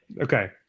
okay